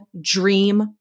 Dream